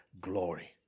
glory